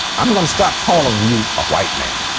i'm going to stop calling you a white man